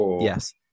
Yes